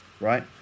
Right